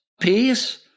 peace